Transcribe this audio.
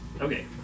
Okay